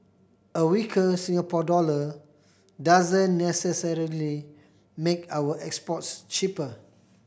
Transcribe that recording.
a weaker Singapore dollar doesn't necessarily make our exports cheaper